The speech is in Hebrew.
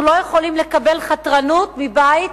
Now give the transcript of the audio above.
אנחנו לא יכולים לקבל חתרנות מבית